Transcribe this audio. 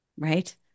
right